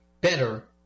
better